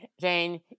Jane